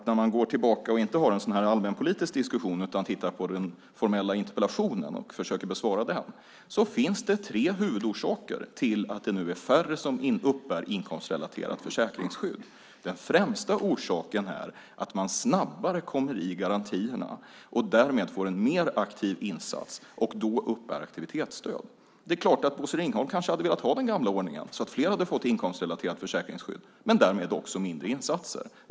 När man går tillbaka och inte har en sådan här allmänpolitisk diskussion utan tittar på den formella interpellationen och försöker besvara den kvarstår faktum: Det finns tre huvudorsaker till att det nu är färre som uppbär inkomstrelaterat försäkringsskydd. Den främsta orsaken är att man snabbare kommer i garantierna och därmed får en mer aktiv insats och då uppbär aktivitetsstöd. Bosse Ringholm kanske hade velat ha den gamla ordningen, så att fler hade fått inkomstrelaterat försäkringsskydd, men därmed hade de också fått mindre insatser.